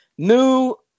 New